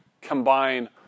combine